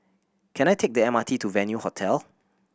can I take the M R T to Venue Hotel